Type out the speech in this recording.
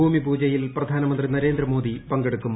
ഭൂമിപൂജയിൽ പ്രധാനമന്ത്രി നരേന്ദ്രമോദി പങ്കെടുക്കും